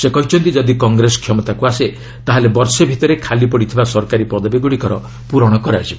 ସେ କହିଛନ୍ତି ଯଦି କଂଗ୍ରେସ କ୍ଷମତାକୁ ଆସେ ତାହେଲେ ବର୍ଷେ ଭିତରେ ଖାଲି ପଡ଼ିଥିବା ସରକାରୀ ପଦବୀଗୁଡ଼ିକର ପୂରଣ କରାଯିବ